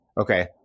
Okay